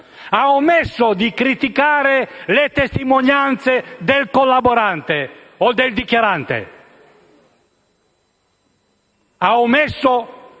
ha omesso di criticare le testimonianze del collaborante o del dichiarante;